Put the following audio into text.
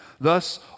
Thus